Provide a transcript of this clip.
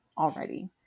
already